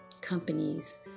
companies